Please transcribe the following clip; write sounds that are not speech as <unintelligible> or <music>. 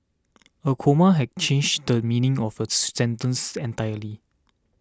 a comma <unintelligible> change the meaning of a <unintelligible> sentence entirely